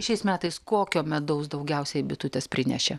šiais metais kokio medaus daugiausiai bitutės prinešė